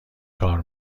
کار